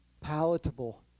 palatable